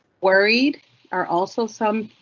worried are also some.